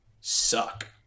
suck